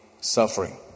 suffering